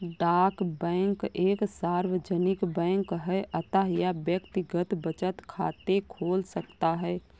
डाक बैंक एक सार्वजनिक बैंक है अतः यह व्यक्तिगत बचत खाते खोल सकता है